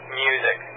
music